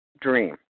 dream